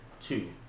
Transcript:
two